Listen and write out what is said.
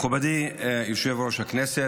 מכובדי יושב-ראש הישיבה,